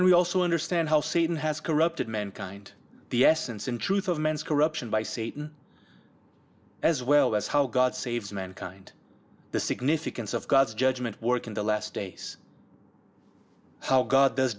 and we also understand how satan has corrupted mankind the essence and truth of men's corruption by satan as well as how god saves mankind the significance of god's judgment work in the last days how god does